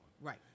Right